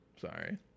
Sorry